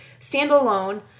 standalone